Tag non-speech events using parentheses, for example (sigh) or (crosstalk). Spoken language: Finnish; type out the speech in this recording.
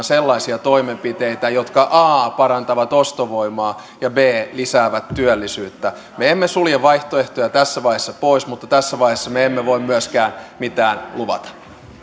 (unintelligible) sellaisia toimenpiteitä jotka a parantavat ostovoimaa ja b lisäävät työllisyyttä me emme sulje vaihtoehtoja tässä vaiheessa pois mutta tässä vaiheessa me emme voi myöskään mitään